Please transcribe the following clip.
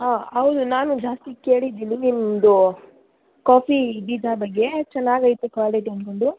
ಹಾಂ ಹೌದು ನಾನು ಜಾಸ್ತಿ ಕೇಳಿದ್ದೀನಿ ನಿಮ್ಮದು ಕಾಫಿ ಬೀಜ ಬಗ್ಗೆ ಚೆನ್ನಾಗೈತೆ ಕ್ವಾಲಿಟಿ ಅಂದ್ಕೊಂಡು